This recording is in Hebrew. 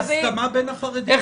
איזה פלא, הסכמה בין החרדים לרפורמים.